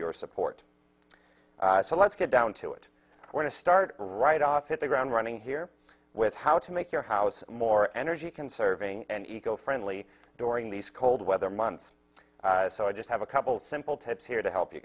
your support so let's get down to it i want to start right off hit the ground running here with how to make your house more energy conserving and eco friendly during these cold weather months so i just have a couple simple tips here to help you